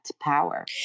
power